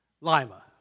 Lima